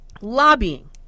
Lobbying